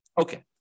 Okay